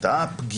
האם הייתה פגיעה